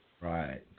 Right